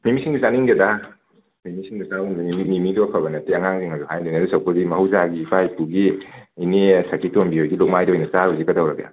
ꯃꯦꯃꯤ ꯁꯤꯡꯖꯨ ꯆꯥꯅꯤꯡꯗꯦꯗ ꯃꯦꯃꯤ ꯆꯥꯔꯨꯅꯣ ꯃꯤꯃꯤꯗꯣ ꯑꯐꯕ ꯅꯠꯇꯦ ꯑꯉꯥꯡꯁꯤꯡꯅꯁꯨ ꯍꯥꯏ ꯂꯩꯔꯦ ꯑꯗꯨ ꯁꯔꯨꯀꯄꯨꯗꯤ ꯃꯍꯧꯁꯥꯒꯤ ꯏꯄꯥ ꯏꯇꯨꯒꯤ ꯏꯅꯦ ꯁꯈꯤꯇꯣꯝꯕꯤ ꯍꯣꯏꯒꯤ ꯂꯨꯛꯃꯥꯏꯗꯣ ꯑꯣꯏꯅ ꯆꯥꯔꯨꯁꯤ ꯀꯗꯧꯔꯒꯦ